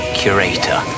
curator